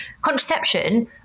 contraception